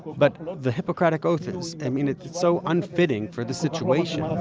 but the hippocratic oath is i mean, it's it's so unfitting for this situation.